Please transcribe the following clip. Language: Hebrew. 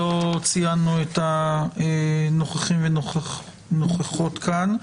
לא ציינו את הנוכחים והנוכחות כאן.